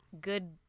good